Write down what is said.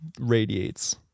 radiates